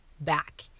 back